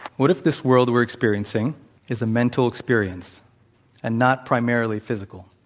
what if this world we're experiencing is a mental experience and not primarily physical?